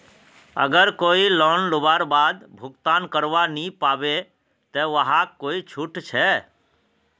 अगर कोई लोन लुबार बाद भुगतान करवा नी पाबे ते वहाक कोई छुट छे?